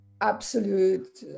absolute